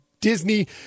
Disney